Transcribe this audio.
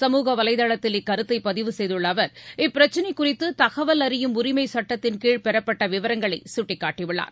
சமூக வலைதளத்தில் இக்கருத்தைபதிவு செய்துள்ளஅவர் இப்பிரச்னைகுறித்துதகவல் அறியும் உரிமைசட்டத்தின் கீழ் பெறப்பட்டவிவரங்களைசுட்டிக்காட்டியுள்ளார்